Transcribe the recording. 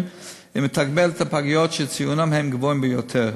ומתגמל את הפגיות שציוניהן הם הגבוהים ביותר,